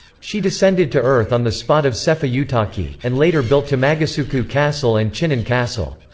she descended to earth on the spot of sefa-utaki, and later built tamagusuku castle and chinen castle.